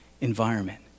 environment